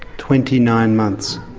twenty nine months?